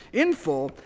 in full,